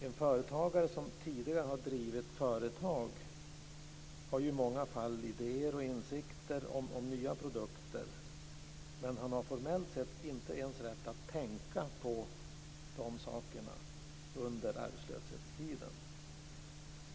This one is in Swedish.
En företagare som tidigare har drivit företag har i många fall idéer och insikter om nya produkter, men han har formellt sett inte ens rätt att tänka på de sakerna under arbetslöshetstiden.